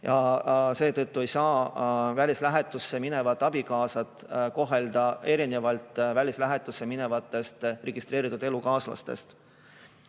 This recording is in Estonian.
Seetõttu ei saa välislähetusse minevat abikaasat kohelda erinevalt välislähetusse minevast registreeritud elukaaslasest.